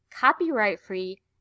copyright-free